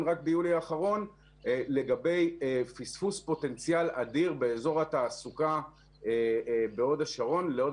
ביולי האחרון לגבי פספוס פוטנציאל אדיר באזור התעסוקה בהוד השרון להוד